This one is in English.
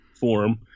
form